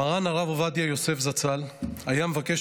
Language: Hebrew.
מר"ן הרב עובדיה יוסף זצ"ל היה מבקש